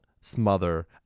Smother